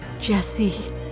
Jesse